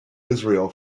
israel